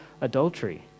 adultery